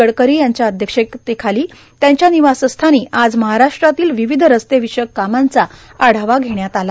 गडकरी यांच्या अध्यक्षतेखाली त्यांच्या निवासस्थानी आज महाराष्ट्रातील विविध रस्ते विषयक कामांचा आढावा घेण्यात आला